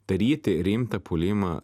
daryti rimtą puolimą